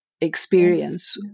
experience